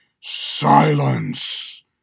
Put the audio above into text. Silence